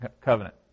covenant